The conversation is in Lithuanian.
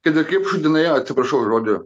kad ir kaip šudinai atsiprašau už žodį